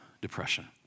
depression